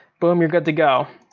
boom, you're good to go.